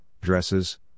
dresses